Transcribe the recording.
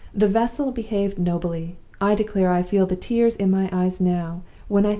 the vessel behaved nobly i declare i feel the tears in my eyes now,